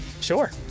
Sure